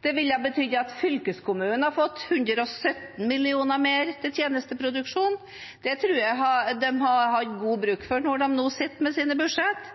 Det tror jeg de hadde hatt god bruk for når de nå sitter med sine budsjett.